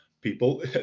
people